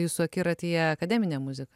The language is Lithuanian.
jūsų akiratyje akademinė muzika